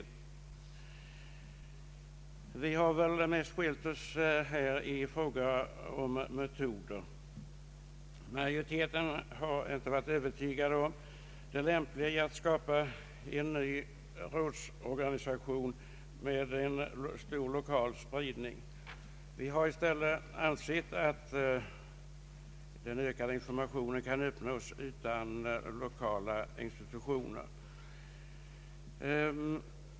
De skiljaktiga meningarna har emellertid mest gällt metoderna för att avhjälpa denna brist. Utskottsmajoriteten har inte varit övertygad om det lämpliga i att skapa en ny rådsorganisation med stor lokal spridning. Vi har i stället ansett att den ökade informationen kan uppnås utan lokala institutioner.